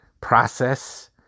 process